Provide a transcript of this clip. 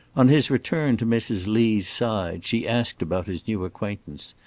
on his return to mrs. lee's side, she asked about his new acquaintance,